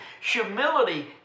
Humility